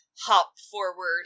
hop-forward